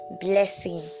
blessing